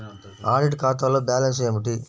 Audit ఖాతాలో balance ఏమిటీ?